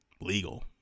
legal